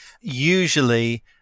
Usually